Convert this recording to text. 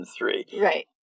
Right